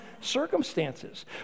circumstances